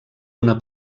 una